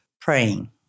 praying